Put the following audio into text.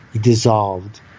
dissolved